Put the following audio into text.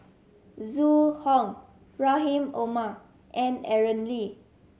Zhu Hong Rahim Omar and Aaron Lee